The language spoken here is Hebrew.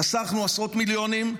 חסכנו עשרות מיליונים,